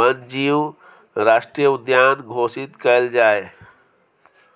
वन्य जीव राष्ट्रीय उद्यान घोषित कएल जाए